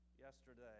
yesterday